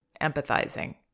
Empathizing